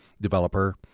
developer